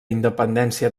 independència